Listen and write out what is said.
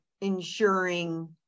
ensuring